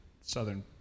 southern